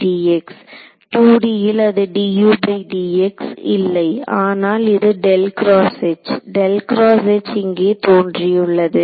2D ல் அது dudx இல்லை ஆனால் இது இங்கே தோன்றியுள்ளது